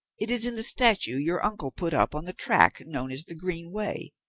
it is in the statue your uncle put up on the track known as the green way.